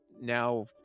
now